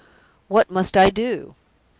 what must i do?